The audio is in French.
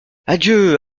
adieu